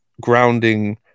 grounding